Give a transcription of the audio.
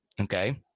Okay